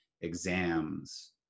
exams